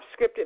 scripted